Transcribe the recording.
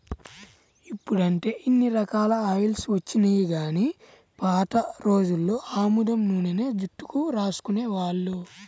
ఇప్పుడంటే ఇన్ని రకాల ఆయిల్స్ వచ్చినియ్యి గానీ పాత రోజుల్లో ఆముదం నూనెనే జుట్టుకు రాసుకునేవాళ్ళు